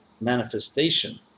manifestation